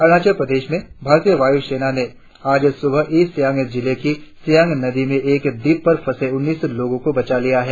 अरुणाचल प्रदेश में भारतीय वायु सेना ने आज सुबह ईस्ट सियांग जिले की सियांग नदी में एक द्वीप पर फंसे उन्नीस लोगों को बचा लिया है